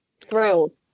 thrilled